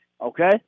Okay